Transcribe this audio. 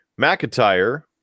McIntyre